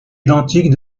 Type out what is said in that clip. identiques